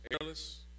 airless